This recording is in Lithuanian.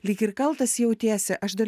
lyg ir kaltas jautiesi aš dar